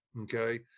Okay